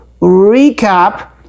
recap